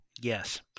Yes